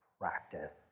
practice